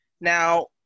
Now